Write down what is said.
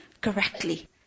correctly